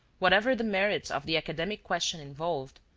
whatever the merits of the academic question involved,